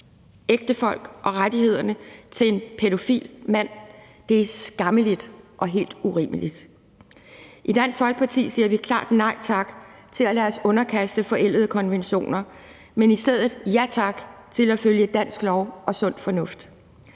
ægtefolk, og respekterer en pædofil mands rettigheder. Det er skammeligt og helt urimeligt. I Dansk Folkeparti siger vi klart nej tak til at lade os underkaste forældede konventioner, men i stedet ja tak til at følge dansk lov og sund fornuft.